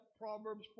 Proverbs